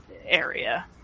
area